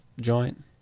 joint